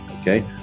okay